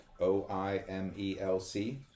O-I-M-E-L-C